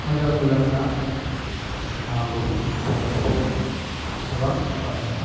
मोजां मोजां ना मागुरफ्राबोथ' गोबां दाम जाबाय